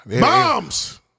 bombs